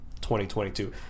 2022